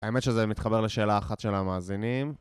האמת שזה מתחבר לשאלה אחת של המאזינים